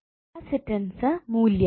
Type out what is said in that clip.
capacitances മൂല്യം